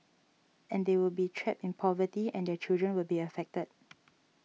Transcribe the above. and they will be trapped in poverty and their children will be affected